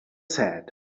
said